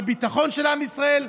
לביטחון של עם ישראל,